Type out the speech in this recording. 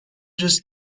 just